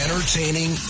entertaining